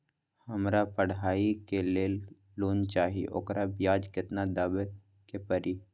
हमरा पढ़ाई के लेल लोन चाहि, ओकर ब्याज केतना दबे के परी?